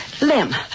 Lem